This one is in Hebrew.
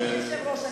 אדוני היושב-ראש,